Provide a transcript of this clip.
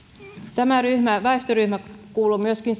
tämä väestöryhmä kuuluu myöskin